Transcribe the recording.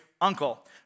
uncle